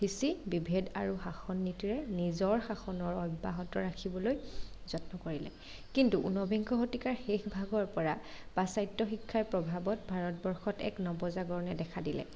সিঁচি বিভেদ আৰু শাসন নীতিৰে নিজৰ শাসনৰ অব্যাহত ৰাখিবলৈ যত্ন কৰিলে কিন্তু ঊনবিংশ শতিকাৰ শেষ ভাগৰ পৰা পাশ্চাত্য শিক্ষাৰ প্ৰভাৱত ভাৰতবৰ্ষত এক নৱজাগৰণে দেখা দিলে